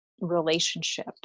relationship